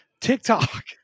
TikTok